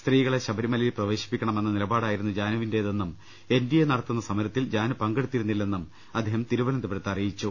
സ്ത്രീകളെ ശബരിമലയിൽ പ്രവേശിപ്പിക്കണമെന്ന നിലപാടായിരുന്നു ജാനുവി ന്റേതെന്നും എൻ ഡി എ നടത്തുന്ന സമരത്തിൽ ജാനു പങ്കെടുത്തിരുന്നില്ലെന്നും അദ്ദേഹം തിരുവനന്തപുരത്ത് പറഞ്ഞു